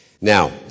Now